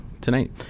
tonight